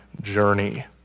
journey